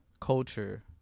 culture